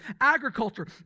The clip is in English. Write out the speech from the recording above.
agriculture